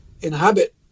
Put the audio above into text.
inhabit